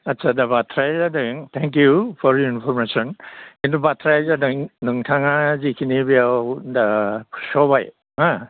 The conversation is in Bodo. आच्चा दा बाथ्राया जादों thank you for the information किन्तु बाथ्राया जादों नोंथाङा जिखिनि बेयाव दा फोसावबाय हा